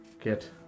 get